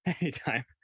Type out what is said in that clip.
Anytime